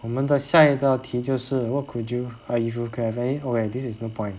我们的下一道题就是 what could you err if you can have any oh wait this is no point